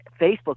Facebook